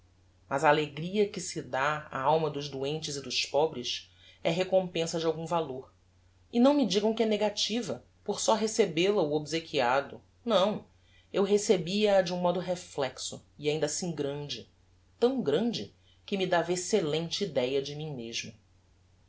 mas a alegria que se dá á alma dos doentes e dos pobres é recompensa de algum valor e não me digam que é negativa por só recebel-a o obsequiado não eu recebia a de um modo reflexo e ainda assim grande tão grande que me dava excellente idéa de mim mesmo